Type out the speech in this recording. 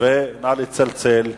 נא לצלצל.